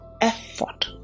effort